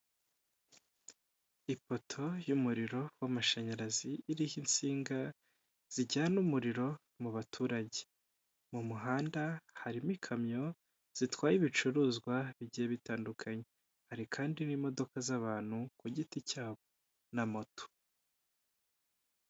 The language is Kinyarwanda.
Ipoto y'umuriro w'amashanyarazi iriho insinga zijyana umuriro mu baturage. Mu muhanda harimo ikamyo zitwaye ibicuruzwa bigiye bitandukanye. Hari kandi n'imodoka z'abantu ku giti cyabo na moto.